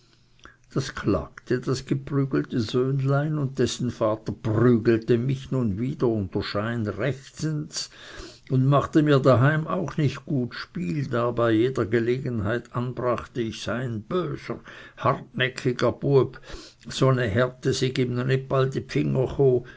das klagte das geprügelte söhnlein und dessen vater prügelte mich nun wieder unter schein rechtens und machte mir daheim auch nicht gut spiel da er bei jeder gelegenheit anbrachte ich sei ein böser hartnäckiger bueb so n e herte syg ihm nit